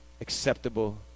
acceptable